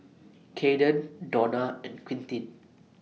Cayden Dona and Quintin